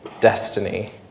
destiny